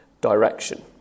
direction